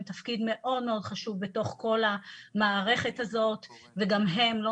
תפקיד מאוד מאוד חשוב בתוך כל המערכת הזאת וגם הם לא